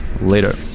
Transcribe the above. later